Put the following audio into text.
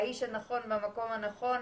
אתה האיש הנכון במקום הנכון.